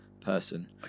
person